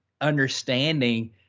understanding